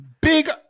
Big